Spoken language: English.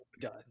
done